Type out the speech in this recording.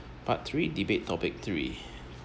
part three debate topic three